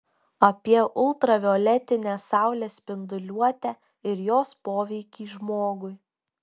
apie ultravioletinę saulės spinduliuotę ir jos poveikį žmogui